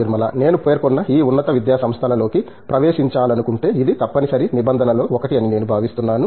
నిర్మలా నేను పేర్కొన్న ఈ ఉన్నత విద్యాసంస్థల లోకి ప్రవేశించాలనుకుంటే ఇది తప్పనిసరి నిబంధనలలో ఒకటి అని నేను భావిస్తున్నాను